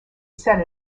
said